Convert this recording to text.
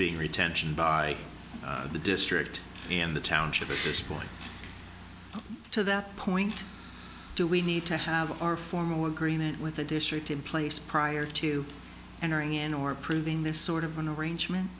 being retention by the district in the township of this point to that point do we need to have our formal agreement with a district in place prior to entering in or approving this sort of an arrangement